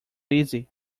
easy